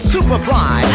Superfly